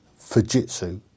Fujitsu